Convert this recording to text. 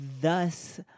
Thus